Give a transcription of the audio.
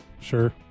Sure